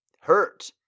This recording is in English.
hurt